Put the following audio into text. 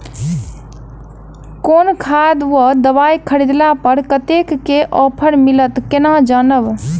केँ खाद वा दवाई खरीदला पर कतेक केँ ऑफर मिलत केना जानब?